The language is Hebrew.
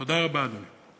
תודה רבה, אדוני.